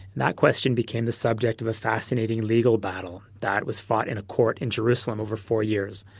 that question became the subject of a fascinating legal battle that was fought in a court in jerusalem over four years.